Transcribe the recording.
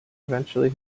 eventually